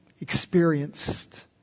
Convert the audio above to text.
experienced